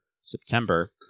September